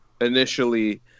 initially